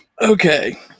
Okay